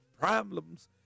problems